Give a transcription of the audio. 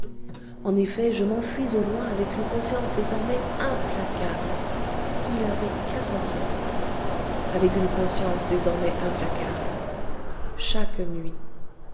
en effet je m'enfuis au loin avec une conscience désormais implacable il avait quatorze ans avec une conscience désormais implacable chaque nuit